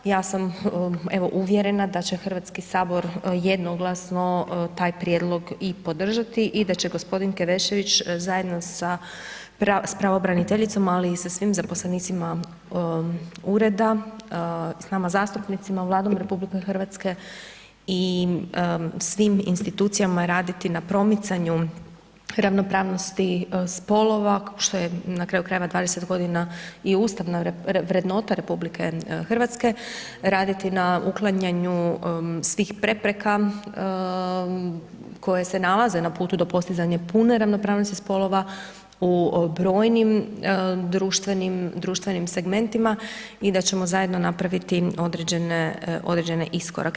Ja sam, evo, uvjerena da će HS jednoglasno taj prijedlog i podržati i da će g. Kevešević zajedno s pravobraniteljicom, ali i sa svim zaposlenicima Ureda, s nama zastupnicima, Vladom RH i s tim institucijama raditi na promicanju ravnopravnosti spolova, što je, na kraju krajeva, 20 godina i ustavna vrednota RH, raditi na uklanjanju svih prepreka, koje se nalaze na putu do postizanja pune ravnopravnosti spolova u brojnim društvenim segmentima i da ćemo zajedno napraviti određene iskorake.